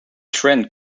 trend